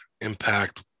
impact